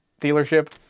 dealership